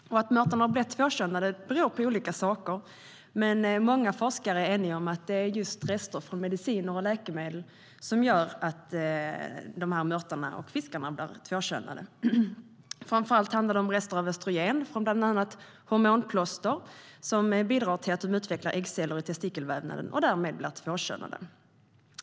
Att mörtarna har blivit tvåkönade beror på olika saker, men många forskare är eniga om att det är just rester från mediciner och läkemedel som gör att fiskarna blir tvåkönade. Framför allt handlar det om rester av östrogen från bland annat hormonplåster som bidrar till att de utvecklar äggceller i testikelvävnaden och därmed blir tvåkönade.